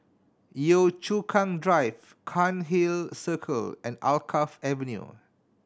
Yio Chu Kang Drive Cairnhill Circle and Alkaff Avenue